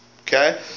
okay